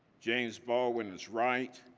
james baldwin was right.